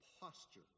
posture